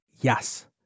yes